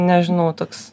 nežinau toks